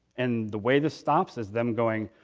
and the way this stops is them going,